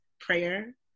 prayer